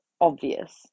obvious